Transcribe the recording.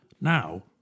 now